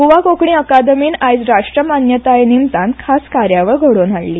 गोवा कोंकणी अकादेमीन राश्ट्रमान्यताये निमतान खास कार्यावळ घडोवन हाडली